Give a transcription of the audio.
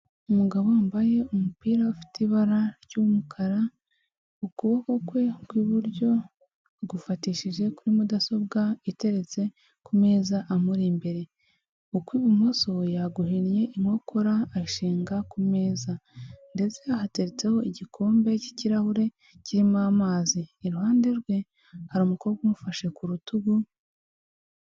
Umugabo wambaye umupira ufite ibara ry'umukara, ukuboko kwe kw'iburyo gufatishije kuri mudasobwa iteretse ku meza amuri imbere. U kw'ibumoso yaguhinnye inkokora ashinga ku meza ndetse ahateretseho igikombe cy'ikirahure kirimo amazi. Iruhande rwe hari umukobwa umufashe ku rutugu.